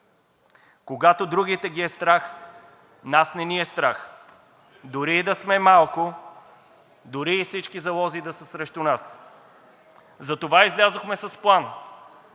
Когато другите ги е страх, нас не ни е страх – дори и да сме малко, дори и всички залози да са срещу нас, затова излязохме с план.